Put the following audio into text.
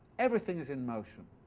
everything is in motion.